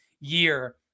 year